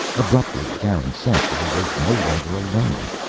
abruptly garin sensed that he was no longer alone.